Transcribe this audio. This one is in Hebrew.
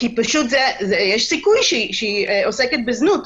יש סיכוי שהיא עוסקת בזנות,